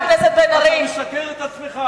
גם לתל-אביב הוא קורא כיבוש, ואתה משקר לעצמך.